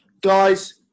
Guys